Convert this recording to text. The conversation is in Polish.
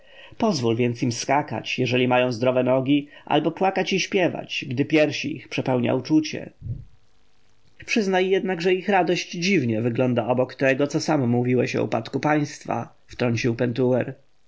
pozwól więc im skakać jeżeli mają zdrowe nogi albo płakać i śpiewać gdy piersi ich przepełnia uczucie przyznaj jednak że ich radość dziwnie wygląda obok tego co sam mówiłeś o upadku państwa wtrącił pentuer